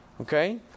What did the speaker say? Okay